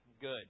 good